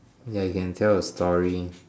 ya you can tell a story